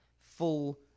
full